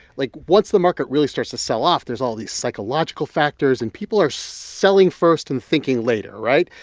like, once the market really starts to sell off, there's all these psychological factors and people are selling first and thinking later, right?